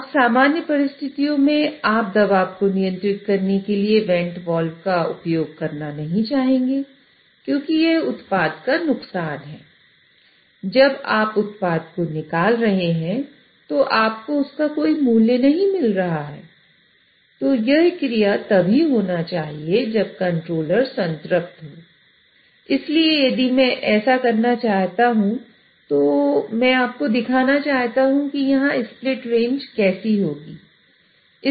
अब सामान्य परिस्थितियों में आप दबाव को नियंत्रित करने के लिए वेंट वाल्व कैसे होगी